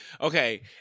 Okay